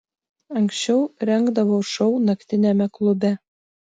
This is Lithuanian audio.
anksčiau rengdavau šou naktiniame klube